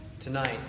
Tonight